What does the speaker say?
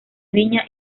viña